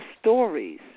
stories